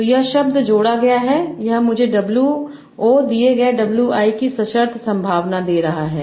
तो यह शब्द जोड़ा गया है यह मुझे Wo दिए गए WI की सशर्त संभावना दे रहा है